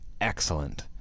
excellent